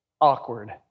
awkward